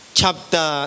chapter